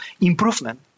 improvement